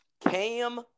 Cam